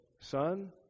son